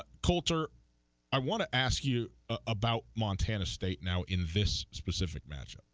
coulter i wanna ask you about montana state now in this specific match.